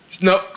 No